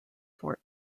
fort